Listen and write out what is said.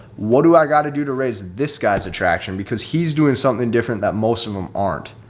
what do i got to do to raise this guy's attraction because he's doing something different that most of them aren't?